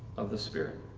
of the spirit.